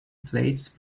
plates